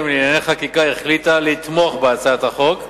לענייני חקיקה החליטה לתמוך בהצעת החוק.